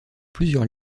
plusieurs